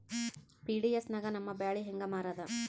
PDS ನಾಗ ನಮ್ಮ ಬ್ಯಾಳಿ ಹೆಂಗ ಮಾರದ?